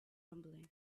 rumbling